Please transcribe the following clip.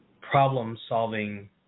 problem-solving